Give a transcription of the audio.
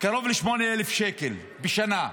קרוב ל-8,000 שקל בשנה.